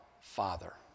father